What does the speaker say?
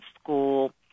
school